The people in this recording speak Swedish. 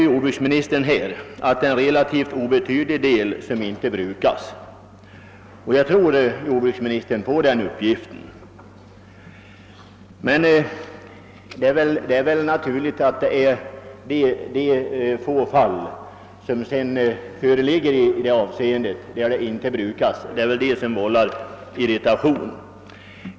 Jordbruksministern uttalar att det är en relativt obetydlig del av lantbruksnämndernas innehav av jord, som inte brukas, och jag tror på denna uppgift. Det är emellertid naturligt att även om det är få fall, där åkerjord ligger obrukad, kommer detta likväl att vålla irritation.